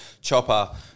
Chopper